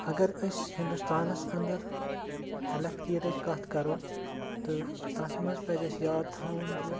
اگر أسۍ ہِندُستانَس اَنٛدَر ہٮ۪لٕتھ کِیَرٕچ کَتھ کَرو تہٕ تَتھ منٛز پَزِ اَسہِ یاد تھاوُن زِ